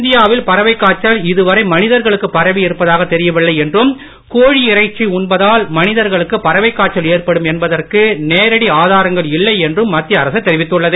இந்தியாவில் பறவைக் காய்ச்சல் இதுவரை மனிதர்களுக்கு பரவி இருப்பதாகத் தெரியவில்லை என்றும் கோழி இறைச்சி உண்பதால் மனிதர்களுக்கு பறவைக் காய்ச்சல் ஏற்படும் என்பதற்கு நேரடி ஆதாரங்கள் இல்லை என்றும் மத்திய அரசு தெரிவித்துள்ளது